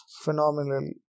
phenomenal